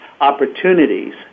opportunities